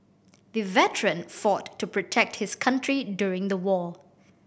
the veteran fought to protect his country during the war